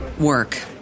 work